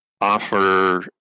offer